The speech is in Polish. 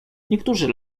niektórzy